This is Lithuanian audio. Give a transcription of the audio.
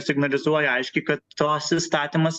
signalizuoja aiškiai kad tas įstatymas